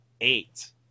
eight